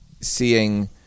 seeing